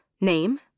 name